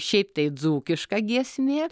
šiaip taip dzūkiška giesmė